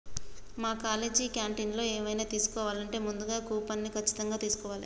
మా కాలేజీ క్యాంటీన్లో ఎవైనా తీసుకోవాలంటే ముందుగా కూపన్ని ఖచ్చితంగా తీస్కోవాలే